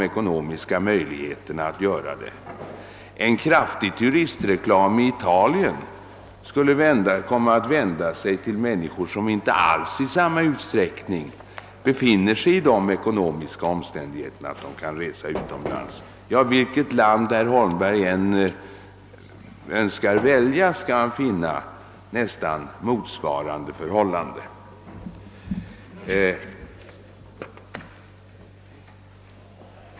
En kraftig turistreklam i Italien för vårt land skulle komma att vända sig till människor som inte alls i samma utsträckning befinner sig i sådana ekonomiska omständigheter att de kan resa utomlands. Vilket land herr Holmberg än önskar välja skall han finna nästan motsvarande förhållande.